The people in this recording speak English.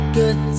good